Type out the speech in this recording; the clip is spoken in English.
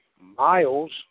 Miles